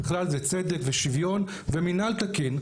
בכלל זה צד ושוויון ומנהל תקין,